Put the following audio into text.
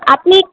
আপনি